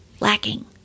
lacking